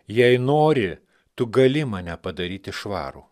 jei nori tu gali mane padaryti švarų